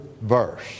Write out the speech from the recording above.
verse